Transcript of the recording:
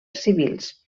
civils